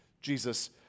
Jesus